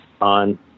on